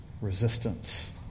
resistance